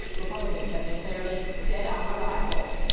republicans have declared it dead on arrival.